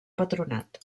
patronat